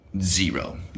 Zero